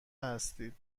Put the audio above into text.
هستید